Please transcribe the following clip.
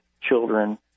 children